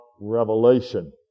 revelation